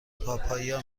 پاپایا